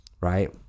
right